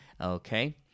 okay